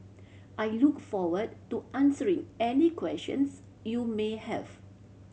I look forward to answering any questions you may have